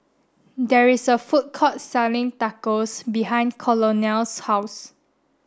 there is a food court selling Tacos behind Colonel's house